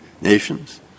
nations